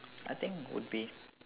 I think would be